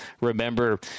remember